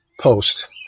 post